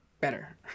better